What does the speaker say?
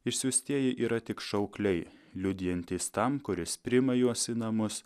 išsiųstieji yra tik šaukliai liudijantys tam kuris priima juos į namus